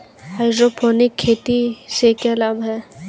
Hydroponic खेती से क्या लाभ हैं?